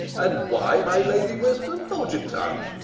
and why, my lady wisdom? hold your tongue,